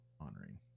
honoring